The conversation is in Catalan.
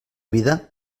vida